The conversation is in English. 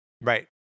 Right